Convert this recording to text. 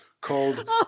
called